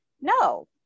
no